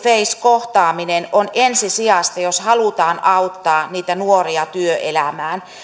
face kohtaaminen on ensisijaista jos halutaan auttaa niitä nuoria työelämään